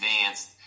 advanced